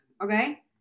okay